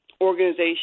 organization